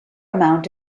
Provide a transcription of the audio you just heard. amount